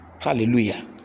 Hallelujah